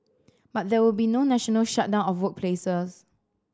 but there will be no national shutdown of workplaces